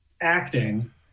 acting